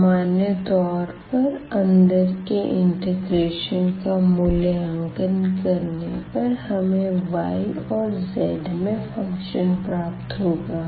सामान्य तौर पर अंदर के इंटिग्रेशन का मूल्यांकन करने पर हमें y और z में फ़ंक्शन प्राप्त होगा